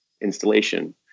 installation